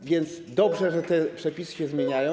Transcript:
A więc dobrze, że te przepisy się zmieniają.